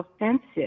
offensive